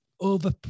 over